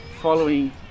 following